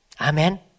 Amen